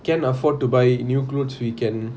can afford to buy new goods we can